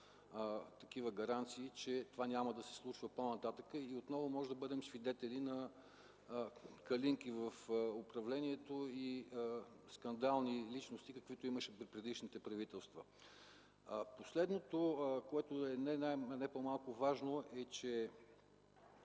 такива гаранции, че това няма да се случва по-нататък и отново можем да бъдем свидетели на „Калинки” в управлението и скандални личности, каквито имаше в предишните правителства. Последното, което е не по-малко важно, е, че